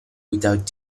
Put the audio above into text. without